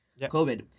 COVID